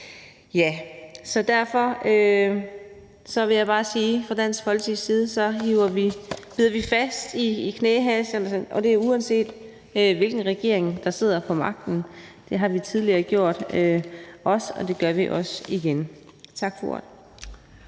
Så derfor vil jeg bare sige, at vi fra Dansk Folkepartis side bider os fast, og det er uanset hvilken regering der sidder på magten. Det har vi tidligere gjort, og det gør vi også igen. Tak for ordet.